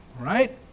Right